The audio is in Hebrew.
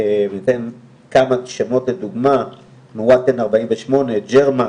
אציג כמה שמות כדוגמה: מואתן 48, ג'רמק,